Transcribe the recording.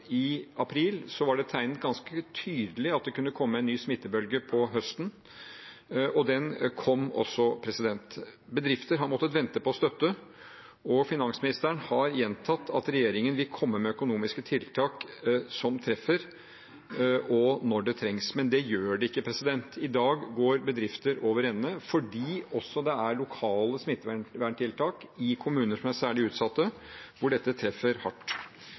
i april var det tegnet ganske tydelig at det kunne komme en ny smittebølge på høsten, og den kom også. Bedrifter har måttet vente på støtte, og finansministeren har gjentatt at regjeringen vil komme med økonomiske tiltak som treffer, når det trengs, men gjør det ikke. I dag går bedrifter over ende, også fordi det er lokale smitteverntiltak i kommuner som er særlig utsatte, hvor dette treffer hardt.